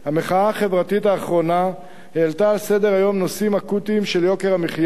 המחאה החברתית האחרונה העלתה על סדר-היום נושאים אקוטיים של יוקר המחיה,